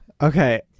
Okay